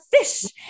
fish